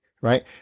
right